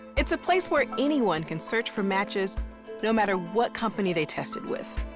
it's a place where anyone can search for matches no matter what company they tested with.